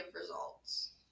results